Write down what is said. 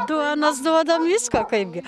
duonos duodam visko kaipgi